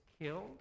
killed